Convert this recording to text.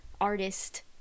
artist